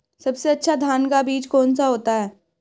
सबसे अच्छा धान का बीज कौन सा होता है?